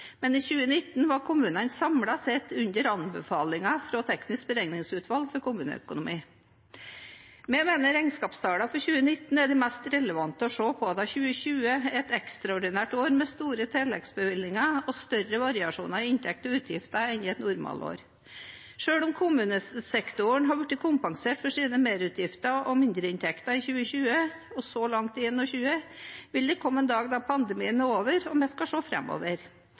men i 2019 var kommunene samlet sett under anbefalingene fra Det tekniske beregningsutvalget for kommuneøkonomi. Vi mener regnskapstallene for 2019 er de mest relevante å se på, da 2020 var et ekstraordinært år med store tilleggsbevilgninger og større variasjoner i inntekter og utgifter enn i et normalår. Selv om kommunesektoren har blitt kompensert for sine merutgifter og mindreinntekter i 2020 og så langt i 2021, vil det komme en dag da pandemien er over og vi skal